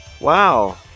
Wow